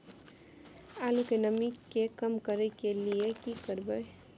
आलू के नमी के कम करय के लिये की करबै?